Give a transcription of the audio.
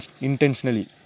intentionally